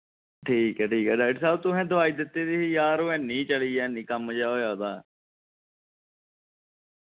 ठीक ऐ ठीक ऐ डाक्टर साह्ब तुसैं दवाई दित्ती दी ही यार ओह् हैनी चली हैनी कम्म जे होया उदा